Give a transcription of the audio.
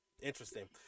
interesting